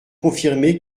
confirmé